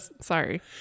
sorry